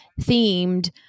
themed